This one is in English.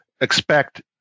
expect